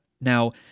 now